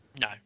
no